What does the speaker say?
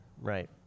right